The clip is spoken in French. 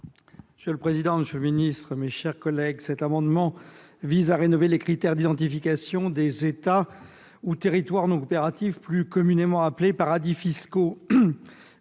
: La parole est à M. Patrice Joly. Mes chers collègues, cet amendement vise à rénover les critères d'identification des États ou territoires non coopératifs plus communément appelés paradis fiscaux.